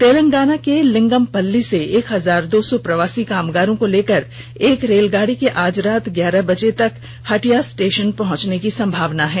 तेलंगाना के लिंगमपल्ली से एक हजार दौ सौ प्रवासी कामगारों को लेकर एक रेलगाड़ी के आज रात ग्यारह बजे तक हटिया स्टेशन पहुंचने की संभावना है